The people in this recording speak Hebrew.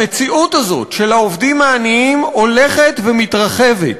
המציאות הזאת, של העובדים העניים, הולכת ומתרחבת.